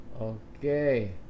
Okay